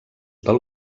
del